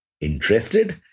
Interested